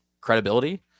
credibility